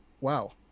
wow